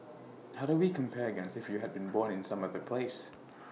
how do we compare against if you had been born in some other place